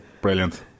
Brilliant